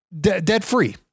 Debt-free